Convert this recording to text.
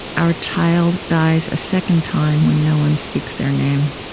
our child dies a second time when no one speaks their name.